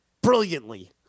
brilliantly